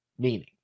meaning